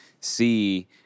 see